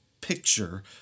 picture